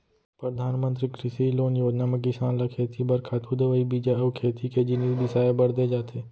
परधानमंतरी कृषि लोन योजना म किसान ल खेती बर खातू, दवई, बीजा अउ खेती के जिनिस बिसाए बर दे जाथे